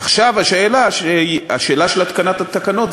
עכשיו השאלה של התקנת התקנות,